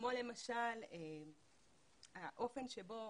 כמו למשל האופן שבו